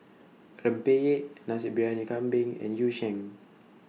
Rempeyek Nasi Briyani Kambing and Yu Sheng